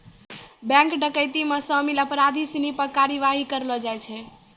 bank डकैती मे शामिल अपराधी सिनी पे कड़ी कारवाही करलो जाय छै